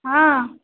ହଁ